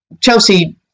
Chelsea